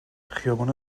خیابان